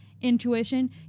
intuition